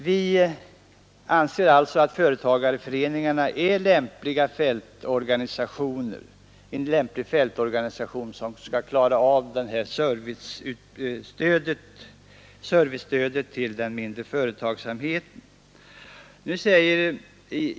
Vi anser att företagarföreningarna är en lämplig fältorganisation för att klara av den här servicen till den mindre företagsamheten.